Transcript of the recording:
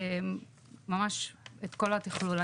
ממש את כל התכלול.